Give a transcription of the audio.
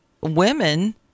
women